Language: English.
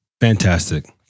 Fantastic